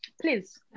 Please